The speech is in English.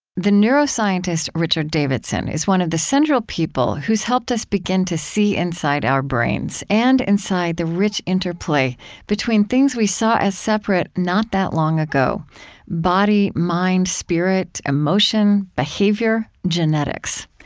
neuroscientist richard davidson is one of the central people who's helped us begin to see inside our brains and inside the rich interplay between things we saw as separate not that long ago body, mind, spirit, emotion, behavior, genetics.